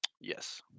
Yes